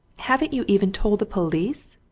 haven't you even told the police?